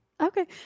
Okay